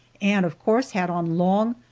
and of course had on long,